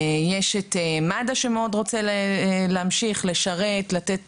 יש את מד"א שרוצה מאוד להמשיך ולשרת, לתת